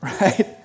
Right